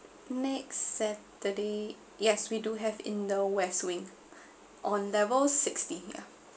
next saturday yes we do have in the west wing on level sixty yeah